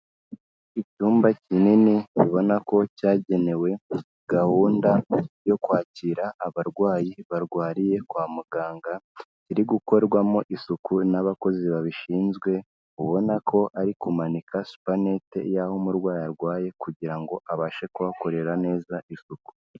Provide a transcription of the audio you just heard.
Icyumba kinini ubona ko cyagenewe, gahunda yo kwakira abarwayi barwariye kwa muganga, kiri gukorwamo isuku n'abakozi babishinzwe ubona ko, ari kumanika supaneti aho umurwayi arwaye, kugira ngo abashe kuhakorera neza isuku.